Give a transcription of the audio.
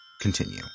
continue